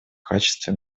качестве